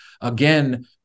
again